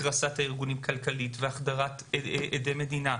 הקרסת הארגון כלכלי, החדרת עדי מדינה,